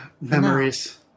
memories